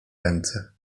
ręce